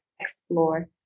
Explore